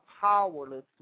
powerless